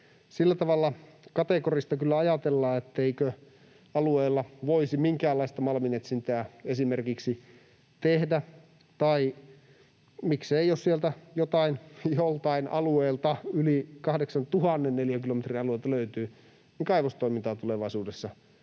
sillä tavalla kategorista kyllä ajatella, etteikö alueella voisi minkäänlaista malminetsintää esimerkiksi tehdä tai, miksei, jos sieltä jotain joltain alueelta, yli 8 000 neliökilometrin alueelta, löytyy, kaivostoimintaa tulevaisuudessa